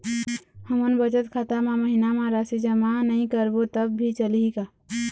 हमन बचत खाता मा महीना मा राशि जमा नई करबो तब भी चलही का?